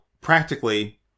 practically